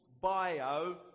bio